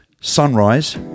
Sunrise